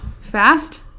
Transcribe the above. fast